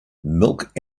milk